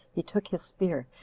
he took his spear,